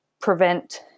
prevent